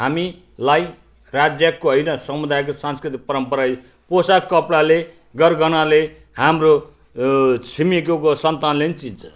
हामीलाई राज्यको होइन समुदायको सांस्कृतिक पराम्परा यो पोसाक कपडाले गर गहनाले हाम्रो हो छिमेकीको सन्तानले पनि चिन्छ